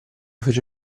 fece